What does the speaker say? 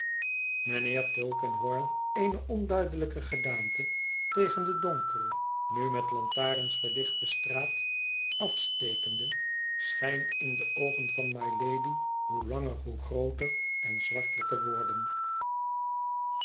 mijnheer tulkinghorn eene onduidelijke gedaante tegen de donkere nu met lantarens verlichte straat afstekende schijnt in de oogen van mylady hoe langer hoe grooter en zwarter te worden